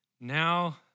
now